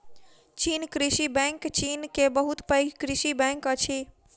चीन कृषि बैंक चीन के बहुत पैघ कृषि बैंक अछि